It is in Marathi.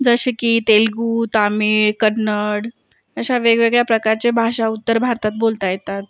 जसे की तेलगू तामीळ कन्नड अशा वेगवेगळ्या प्रकारच्या भाषा उत्तर भारतात बोलता येतात